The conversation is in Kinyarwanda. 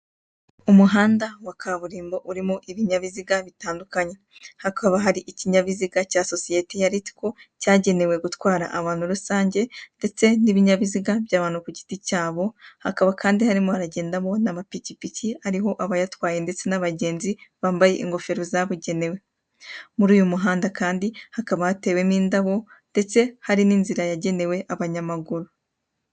Umuhanda wa kaburimbo urimo ibinyabiziga bitandukanye. Hakaba hari ikinyabiziga cya sosiyete ya ritiko cyagenewe gutwara rusange ndetse n'ibinyabiziga by'abantu ku giti cyabo, hakaba kandi harimo haragendamo n'amapikipiki, ariho abayatwaye ndetse n'abagenzi bambaye ingofero zabugenewe. Muri uyu muhanda kandi hakaba hatewemo indabo, ndetse hari n'inzira yagenewe abanyamaguru.